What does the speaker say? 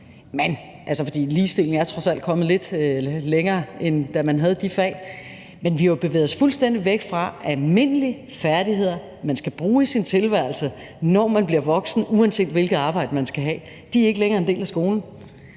har træsløjd – ligestillingen er trods alt kommet lidt længere, end da man havde de fag – men vi har jo bevæget os fuldstændig væk fra almindelige færdigheder, man skal bruge i sin tilværelse, når man bliver voksen, uanset hvilket arbejde man skal have. De er ikke længere en del af skolen